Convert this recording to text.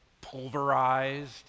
pulverized